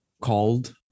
called